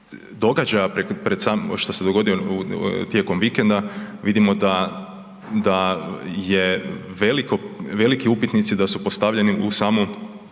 sam, što se dogodio tijekom vikenda vidimo da, da je veliko, veliki upitnici da su postavljeni u samu